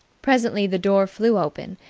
presently the door flew open,